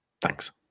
Thanks